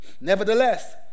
Nevertheless